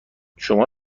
شما